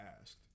asked